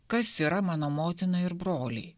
kas yra mano motina ir broliai